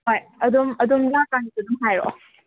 ꯍꯣꯏ ꯑꯗꯨꯝ ꯑꯗꯨꯝ ꯂꯥꯛꯀꯥꯟꯗꯁꯨ ꯑꯗꯨꯝ ꯍꯥꯏꯔꯛꯑꯣ